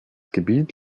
gebiet